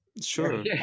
Sure